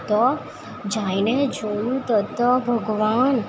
તો જઈને જોયું તો તો ભગવાન